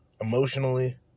emotionally